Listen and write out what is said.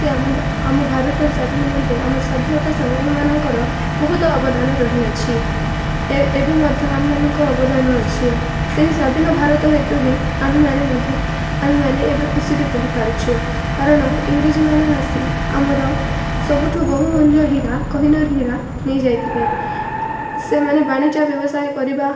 ସେ ଆମ ଆମ ଭାରତର ସ୍ୱାଧୀନ ନିମନ୍ତେ ଆମ ସ୍ୱାଧୀନତା ସଂଗ୍ରାମୀମାନଙ୍କର ବହୁତ ଅବଦାନ ରହିଅଛି ଏବେ ମଧ୍ୟ ଆମ ମାନଙ୍କ ଅବଦାନ ଅଛି ସେହି ସ୍ୱାଧୀନ ଭାରତ ହେତୁ ହିଁ ଆମେମାନେ ମଧ୍ୟ ଆମେମାନେ ଏବେ ଖୁସିରେ ରହିପାରୁଛୁ କାରଣ ଇଂରେଜମାନେ ଆସି ଆମର ସବୁଠୁ ବହୁ ମୂଲ୍ୟ ହୀରା କୋହିନୂର୍ ହୀରା ନେଇଯାଇଥିଲେ ସେମାନେ ବାଣିଜ୍ୟ ବ୍ୟବସାୟ କରିବା